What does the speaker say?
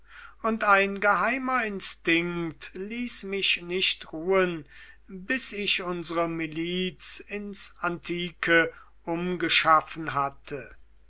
und ein geheimer instinkt ließ mich nicht ruhen bis ich unsre miliz ins antike umgeschaffen hatte